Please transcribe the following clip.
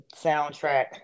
soundtrack